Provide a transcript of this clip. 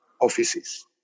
offices